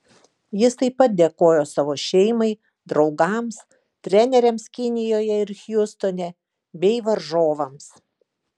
jis taip pat dėkojo savo šeimai draugams treneriams kinijoje ir hjustone bei varžovams